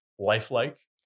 lifelike